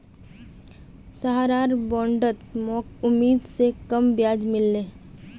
सहारार बॉन्डत मोक उम्मीद स कम ब्याज मिल ले